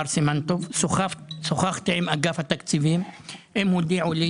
סימנטוב ושוחחתי עם אגף התקציבים שהודיעו לי